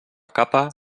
capa